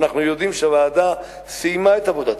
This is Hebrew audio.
ואנחנו יודעים שהוועדה סיימה את עבודתה,